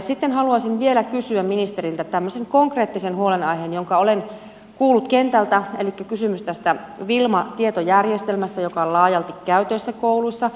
sitten haluaisin vielä kysyä ministeriltä tämmöisestä konkreettisesta huolenaiheesta jonka olen kuullut kentältä elikkä kysymys tästä wilma tietojärjestelmästä joka on laajalti käytössä kouluissa